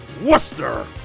Worcester